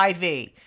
IV